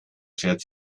schert